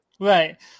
Right